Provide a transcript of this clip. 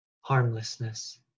harmlessness